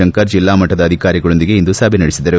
ಶಂಕರ್ ಜೆಲ್ಲಾ ಮಟ್ಟದ ಅಧಿಕಾರಿಗಳೊಂದಿಗೆ ಇಂದು ಸಭೆ ನಡೆಸಿದರು